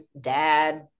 dad